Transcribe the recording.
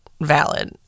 valid